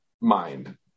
mind